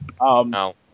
No